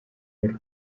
paul